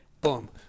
boom